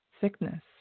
sickness